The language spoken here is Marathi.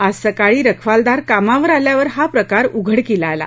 आज सकाळी रखवालदार कामावर आल्यावर हा प्रकार उघडकीला आला